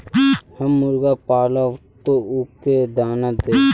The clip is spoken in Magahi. हम मुर्गा पालव तो उ के दाना देव?